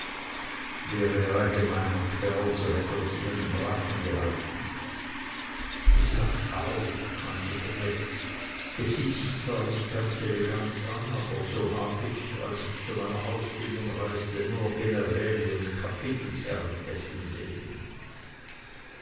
wär er ein gemeiner kerl so hätte er sich an den braten gehalten ich sag's auch meinte der wirt es sieht sich zwar nicht ganz elegant an aber so hab ich als ich zu meiner ausbildung reiste nur generäle und kapitelsherren essen sehen